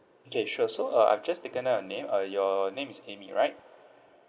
okay sure so uh I've just taken down your name uh your name is amy right